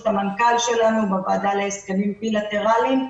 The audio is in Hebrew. המנכ"ל שלנו בוועדה להסכמים בי-לטראליים.